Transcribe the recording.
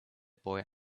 boy